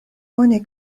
oni